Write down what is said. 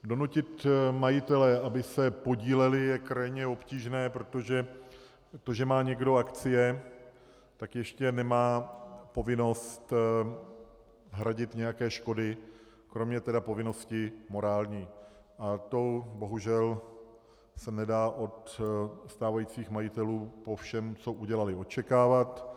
Donutit majitele, aby se podíleli, je krajně obtížné, protože to, že má někdo akcie, tak ještě nemá povinnost hradit nějaké škody, kromě tedy povinnosti morální, a to bohužel se nedá od stávajících majitelů po všem, co udělali, očekávat.